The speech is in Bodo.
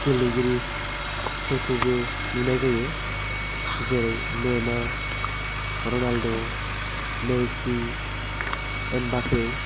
गेलेगिरिफोरखौबो नुनाय जायो जेरै नैमार रनाल्ड' मेसि एम्बापे